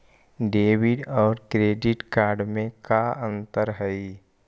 Debit और credit card में का अंतर हइ?